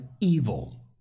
evil